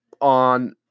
on